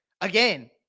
again